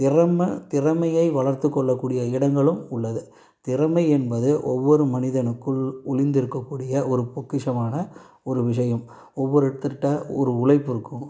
திறமை திறமையை வளர்த்துக்கொள்ளக்கூடிய இடங்களும் உள்ளது திறமை என்பது ஒவ்வொரு மனிதனுக்குள் ஒளிந்திருக்கக்கூடிய ஒரு பொக்கிஷமான ஒரு விஷயம் ஒவ்வொருத்தர்கிட்ட ஒரு உழைப்பு இருக்கும்